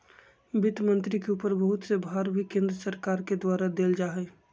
वित्त मन्त्री के ऊपर बहुत से भार भी केन्द्र सरकार के द्वारा देल जा हई